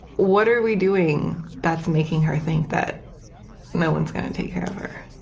what are we doing that's making her think that no one's gonna take care of her?